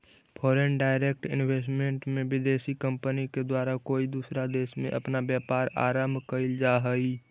foreign direct investment में विदेशी company के द्वारा कोई दूसरा देश में अपना व्यापार आरंभ कईल जा हई